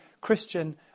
Christian